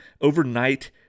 Overnight